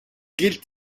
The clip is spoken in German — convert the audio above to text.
gilt